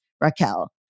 Raquel